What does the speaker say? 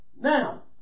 Now